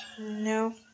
No